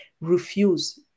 refuse